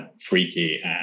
freaky